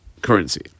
currency